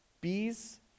Bees